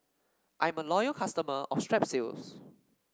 I'm a loyal customer of Strepsils